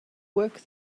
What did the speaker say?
work